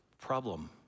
problem